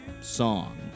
song